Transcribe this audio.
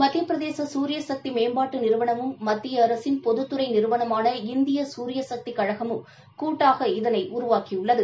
மத்தியபிரதேச ஞரிய சக்தி மேம்பாட்டு நிறுவனமும் மத்திய அரசின் பொதுத்துறை நிறுவனமான இந்திய சூரிய சக்தி கழகமும் கூட்டாக இதனை உருவாக்கியுள்ளது